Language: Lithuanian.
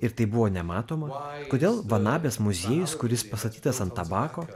ir tai buvo nematoma kodėl van abės muziejus kuris pastatytas ant tabako